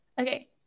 Okay